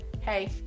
Hey